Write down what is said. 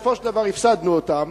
ובסופו של דבר הפסדנו אותם.